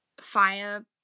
fire